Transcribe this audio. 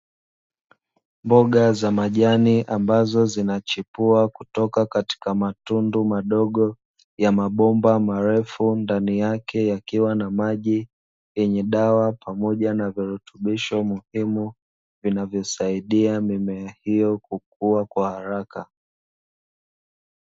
Mboga za majani ambazo zinachipua kutoka katika matundu madogo ya mabomba marefu ndani yake yakiwa na maji yenye dawa pamoja na virutubisho muhimu, vinavyosaidia mimea hiyo kukua kwa haraka.